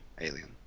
Alien